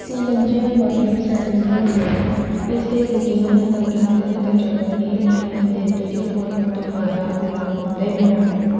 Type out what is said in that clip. ꯁꯤ ꯂꯝꯖꯤꯡꯕ cab service ꯑꯣꯏꯕꯤꯔꯕꯣ ꯑꯩꯁꯦ ꯕꯨꯀꯤꯡ ꯑꯃ ꯇꯧꯒꯦ ꯍꯥꯏꯗꯅ ꯇꯧꯖꯔꯛꯄꯅꯤ ꯑꯩꯅ ꯗꯦꯠ ꯇ꯭ꯋꯦꯟꯇꯤꯐꯣꯔ ꯑꯣꯛꯇꯣꯕꯔꯗ ꯂꯂꯥꯝꯕꯨꯡꯗꯩ ꯃꯣꯏꯔꯥꯡ ꯕꯨꯛ